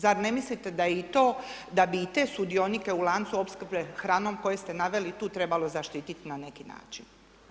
Zar ne mislite i to , da bi i te sudionike u lancu opskrbe hranom koje ste naveli tu trebalo zaštiti na neki način?